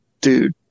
dude